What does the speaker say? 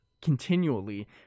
continually